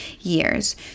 years